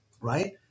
Right